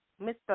Mr